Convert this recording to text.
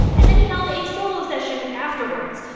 and then he held a solo session afterwards.